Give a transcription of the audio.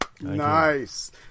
Nice